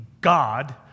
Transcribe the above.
God